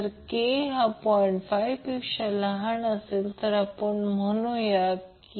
पुढे आपण आणखी एक संज्ञा क्वालिटी फॅक्टर परिभाषित करतो त्याला Q म्हणतात